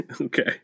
Okay